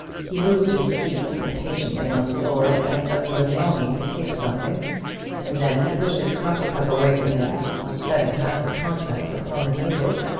he moved his feet impatiently on the floor, as though he were longing to kick something and then he pushed his coffee-cup away from him, upsetting half the contents upon the table,